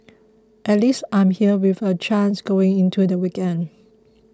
at least I'm there with a chance going into the weekend